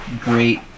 great